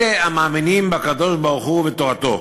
אלה המאמינים בקדוש-ברוך-הוא ובתורתו,